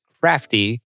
crafty